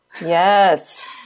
yes